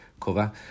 cover